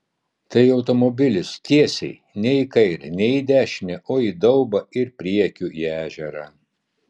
tai automobilis tiesiai nei į kairę nei į dešinę o į daubą ir priekiu į ežerą